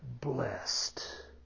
blessed